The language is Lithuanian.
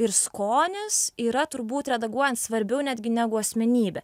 ir skonis yra turbūt redaguojant svarbiau netgi negu asmenybė